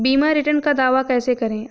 बीमा रिटर्न का दावा कैसे करें?